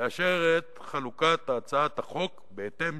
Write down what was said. לאשר את חלוקת הצעת החוק בהתאם